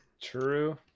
True